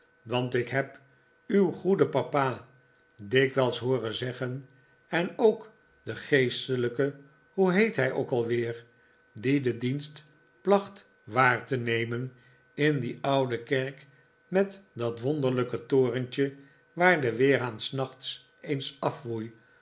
want ik heb uw goeden papa dikwijls hooren zeggen en ook den geestelijke hoe heet hij ook weer die den dienst placht waar te nemen in die oude kerk met dat wonderlijke torentje waar de weerhaan s nachts eens afwoei